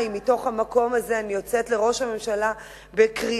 ומהמקום הזה אני יוצאת לראש הממשלה בקריאה,